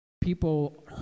People